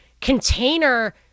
container